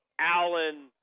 Allen